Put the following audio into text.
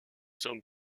sont